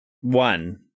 One